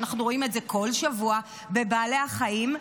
ואנחנו רואים את זה כל שבוע, בבעלי החיים,